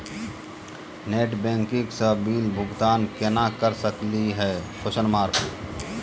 Net banking स bill भुगतान केना कर सकली हे?